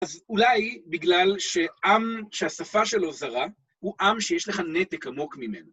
אז אולי בגלל שעם השפה שלו זרה, הוא עם שיש לך נתק עמוק ממנו.